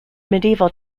medieval